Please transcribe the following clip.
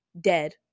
dead